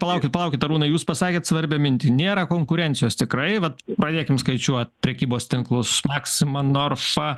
palaukit palaukit arūnai jūs pasakėt svarbią mintį nėra konkurencijos tikrai vat pradėkim skaičiuot prekybos tinklus maxima norfa